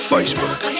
Facebook